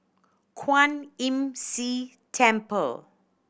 Kwan Imm See Temple